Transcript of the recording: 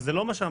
זה לא מה שאמרת.